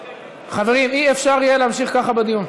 חברים, אי-אפשר להמשיך ככה בדיון.